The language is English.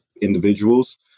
individuals